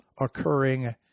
occurring